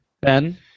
Ben